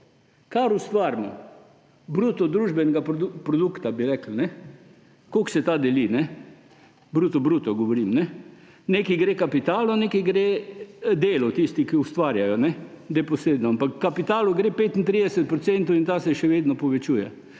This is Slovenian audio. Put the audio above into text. Kar ustvarimo bruto družbenega produkta, bi rekli, kako se ta deli, bruto govorim? Nekaj gre kapitalu, nekaj gre delu, tisti, ki ustvarjajo neposredno, ampak kapitalu gre 35 % in ta se še vedno povečuje.